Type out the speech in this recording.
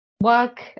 work